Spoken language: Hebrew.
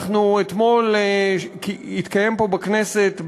אתמול התקיים פה בכנסת,